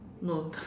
no